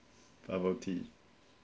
bubble tea